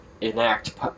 enact